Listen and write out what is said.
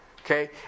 Okay